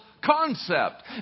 concept